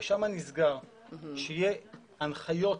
ושם נסגר שיהיו הנחיות